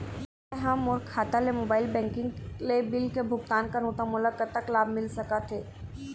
मैं हा मोर खाता ले मोबाइल बैंकिंग ले बिल के भुगतान करहूं ता मोला कतक लाभ मिल सका थे?